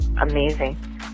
amazing